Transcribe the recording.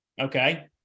okay